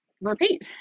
repeat